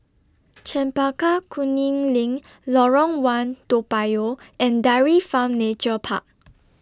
Chempaka Kuning LINK Lorong one Toa Payoh and Dairy Farm Nature Park